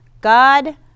God